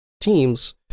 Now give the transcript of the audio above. teams